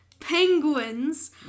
penguins